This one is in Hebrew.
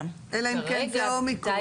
אלא אם כן זה אומיקרון,